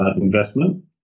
investment